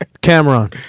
Cameron